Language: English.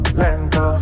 lento